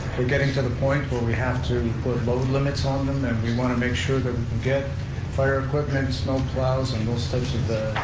they're getting to the point where we have to put load limits on them, and we want to make sure that we can get fire equipment, snow plows, and those types of